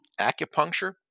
acupuncture